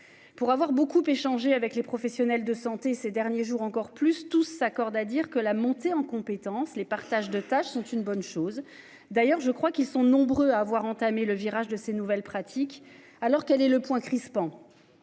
Pour avoir beaucoup échangé avec les professionnels de santé ces derniers jours encore plus. Tous s'accordent à dire que la montée en compétence les partage de tâches sont une bonne chose d'ailleurs, je crois qu'ils sont nombreux à avoir entamé le virage de ces nouvelles pratiques. Alors quel est le point crispant.